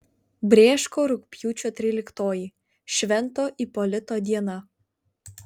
brėško rugpjūčio tryliktoji švento ipolito diena